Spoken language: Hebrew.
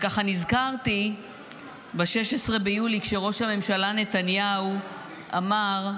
וככה נזכרתי ב-16 ביולי, כשראש הממשלה נתניהו אמר: